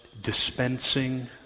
dispensing